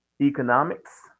economics